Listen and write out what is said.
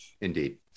Indeed